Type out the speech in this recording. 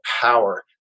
power